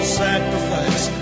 sacrifice